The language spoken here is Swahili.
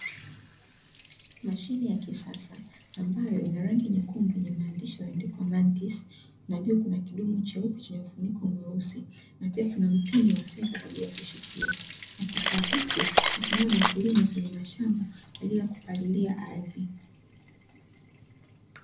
Mashine ya kisasa ambayo inarangi nyekundu yenye maandishi yalioandikwa mantisi, na juu kuna kidumu cheupe chenye mfuniko mweusi, na pia kuna mpini wa fedha kwa ajili ya kushikia, kifaa hichi hutumiwa na wakulima kwenye mashamba kwa ajili ya kupalilia ardhi.